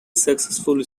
successful